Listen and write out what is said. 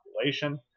population